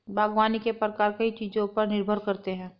बागवानी के प्रकार कई चीजों पर निर्भर करते है